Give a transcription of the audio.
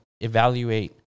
evaluate